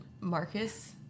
Marcus